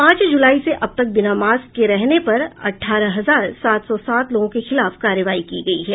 पांच जुलाई से अब तक बिना मास्क के रहने पर अठारह हजार सात सौ सात लोगों के खिलाफ कार्रवाई की गयी है